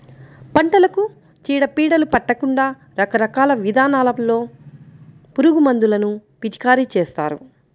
పంటలకు చీడ పీడలు పట్టకుండా రకరకాల విధానాల్లో పురుగుమందులను పిచికారీ చేస్తారు